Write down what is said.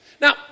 now